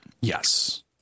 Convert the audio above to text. Yes